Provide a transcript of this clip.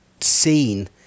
seen